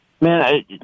Man